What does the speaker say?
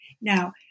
Now